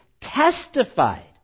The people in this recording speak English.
testified